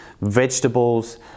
vegetables